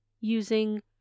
Using